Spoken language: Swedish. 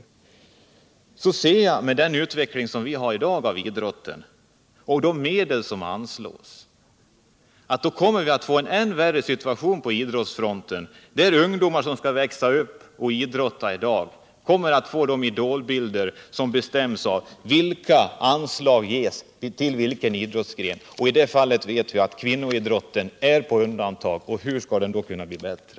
Med den erfarenhet jag har av idrotten finner jag, då jag ser på den utveckling som pågår och de medel som anslås , att vi kommer att få en ännu värre situation på idrottsfronten. Ungdomar som växer upp och idrottar i dag kommer att få de idolbilder som bestäms av vilka anslag som ges och till vilka idrottsgrenar. Vi vet att kvinnoidrotten därvidlag är på undantag. Hur skall den då kunna bli bättre?